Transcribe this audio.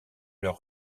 leur